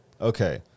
Okay